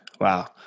Wow